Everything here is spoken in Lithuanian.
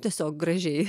tiesiog gražiai